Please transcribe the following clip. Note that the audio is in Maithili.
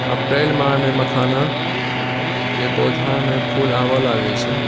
अप्रैल माहमे मखानाके पौधामे फूल आबय लागै छै